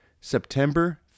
September